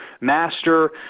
master